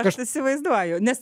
aš įsivaizduoju nes